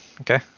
okay